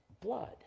blood